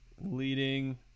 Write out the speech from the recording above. leading